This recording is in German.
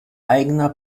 eigener